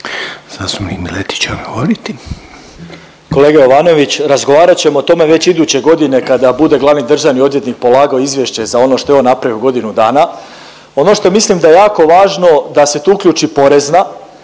**Miletić, Marin (MOST)** Kolega Jovanović razgovarat ćemo o tome već iduće godine kada bude glavni državni odvjetnik polagao izvješće za ono što je on napravio u godinu dana. Ono što mislim da je jako važno da se tu uključi Porezna